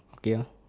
okay uh